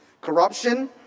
Corruption